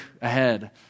ahead